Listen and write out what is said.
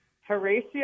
Horatio